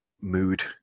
Mood